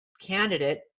candidate